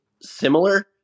similar